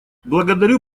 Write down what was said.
благодарю